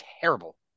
terrible